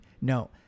no